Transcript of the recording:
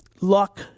luck